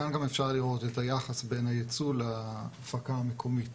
כאן אפשר גם לראות את היחס בין היצוא להפקה המקומית,